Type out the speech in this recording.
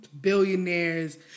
billionaires